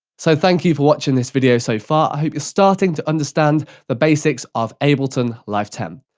so thank you for watching this video so far. i hope you're starting to understand the basics of ableton live ten.